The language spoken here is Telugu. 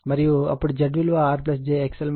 మరియు అప్పుడు Z విలువ R j అవుతుంది